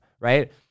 right